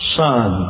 son